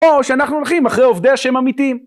או שאנחנו הולכים אחרי עובדי השם אמיתיים.